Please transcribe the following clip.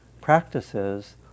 practices